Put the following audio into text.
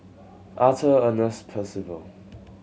Arthur Ernest Percival